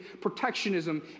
protectionism